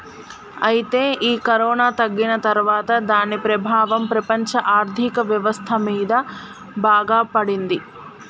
అయితే ఈ కరోనా తగ్గిన తర్వాత దాని ప్రభావం ప్రపంచ ఆర్థిక వ్యవస్థ మీద బాగా పడింది